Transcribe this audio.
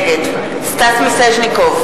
נגד סטס מיסז'ניקוב,